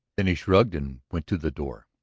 then he shrugged and went to the door.